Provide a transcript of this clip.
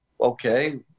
okay